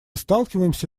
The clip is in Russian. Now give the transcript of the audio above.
сталкиваемся